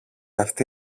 αυτή